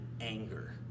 anger